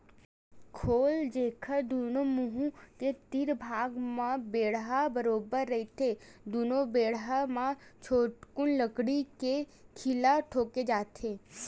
खोल, जेखर दूनो मुहूँ के तीर भाग म बेंधा बरोबर रहिथे दूनो बेधा म छोटकुन लकड़ी के खीला ठेंसे जाथे